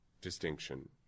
distinction